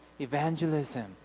evangelism